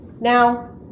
Now